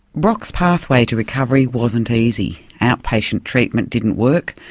brocks' pathway to recovery wasn't easy. outpatient treatment didn't work.